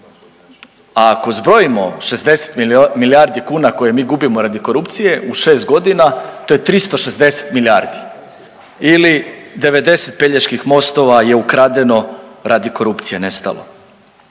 a ako zbrojimo 60 milijardi kuna koje mi gubimo radi korupcije u šest godina to je 360 milijardi ili 90 Peljeških mostova je ukradeno, radi korupcije nestalo.